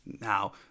Now